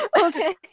Okay